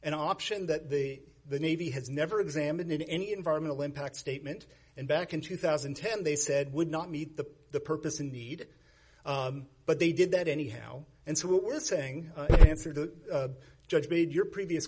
an option that the the navy has never examined in any environmental impact statement and back in two thousand and ten they said would not meet the the purpose and need but they did that anyhow and so what we're saying answer the judge made your previous